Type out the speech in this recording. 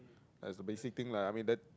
as a basic thing lah I mean that